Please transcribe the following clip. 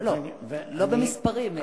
לא, לא במספרים.